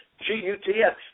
G-U-T-S